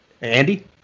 Andy